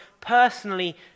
personally